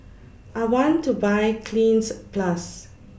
I want to Buy Cleanz Plus